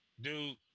dude